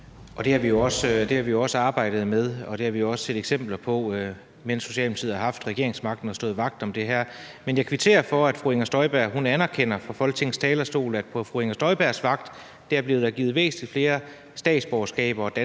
Det har vi jo også arbejdet med, og det har vi jo også set eksempler på, mens Socialdemokratiet har haft regeringsmagten og har stået vagt om det her. Men jeg kvitterer for, at fru Inger Støjberg fra Folketingets talerstol anerkender, at der på fru Inger Støjbergs vagt blev givet væsentlig flere statsborgerskaber og danske pas